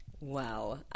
Wow